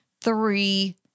three